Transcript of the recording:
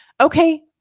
okay